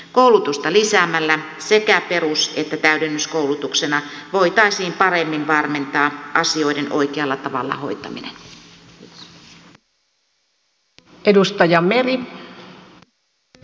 koulutusta lisäämällä sekä perus että täydennyskoulutuksena voitaisiin paremmin varmentaa asioiden oikealla tavalla hoitaminen